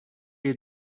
you